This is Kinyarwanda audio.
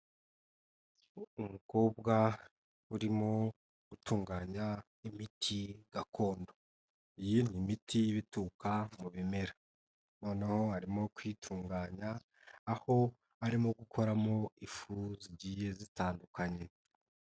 Umukobwa urimo gutunganya imiti gakondo, iyi ni imiti iba ituruka mu bimera noneho arimo kuyitunganya aho arimo gukoramo ifu zigiye zitandukanye.